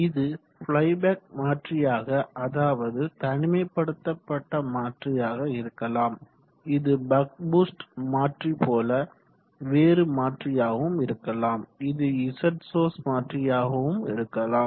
இது ஃளைபேக் மாற்றியாக அதாவது தனிமைப்படுத்தப்பட்ட மாற்றியாக இருக்கலாம் இது பக் பூஸ்ட் மாற்றி போல வேறு மாற்றியாகவும் இருக்கலாம் இது இசட் சோர்ஸ் மாற்றியாகவும் இருக்கலாம்